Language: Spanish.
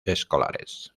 escolares